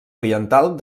oriental